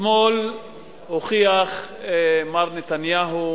אתמול הוכיח מר נתניהו